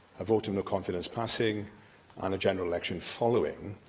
a vote of no confidence passing and a general election following.